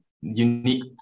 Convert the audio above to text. unique